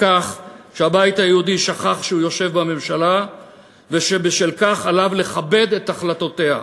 לכך שהבית היהודי שכח שהוא יושב בממשלה ושבשל כך עליו לכבד את החלטותיה.